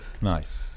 Nice